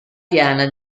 piana